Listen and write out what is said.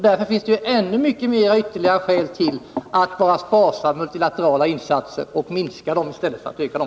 Därför är skälen ännu starkare för att vi skall vara sparsamma med multilaterala insatser — minska dem i stället för att öka dem.